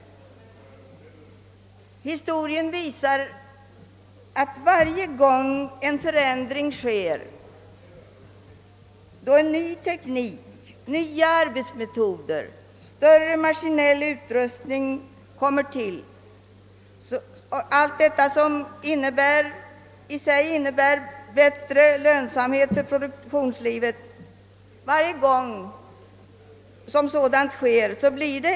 Historien visar att varje gång en förändring sker, som i sig innebär möjligheter till bättre lönsamhet för produktionslivet — ny teknik, nya arbetsmetoder, större maskinell utrustning etc.